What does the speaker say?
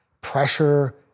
pressure